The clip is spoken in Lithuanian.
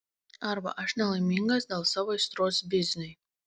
arba aš nelaimingas dėl savo aistros bizniui